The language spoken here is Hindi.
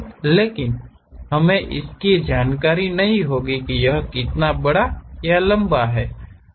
लेकिन हमें इसकी जानकारी नहीं होगी कि यह कितना बड़ा या लंबा है